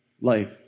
life